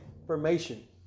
information